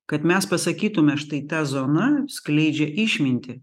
kad mes pasakytume štai ta zona skleidžia išmintį